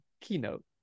keynote